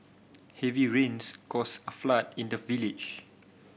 heavy rains caused a flood in the village